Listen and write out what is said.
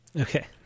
Okay